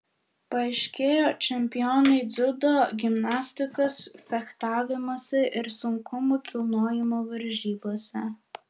paaiškėjo čempionai dziudo gimnastikos fechtavimosi ir sunkumų kilnojimo varžybose